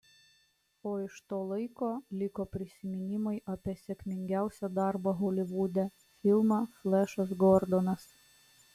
o iš to laiko liko prisiminimai apie sėkmingiausią darbą holivude filmą flešas gordonas